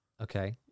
Okay